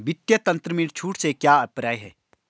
वित्तीय तंत्र में छूट से क्या अभिप्राय है?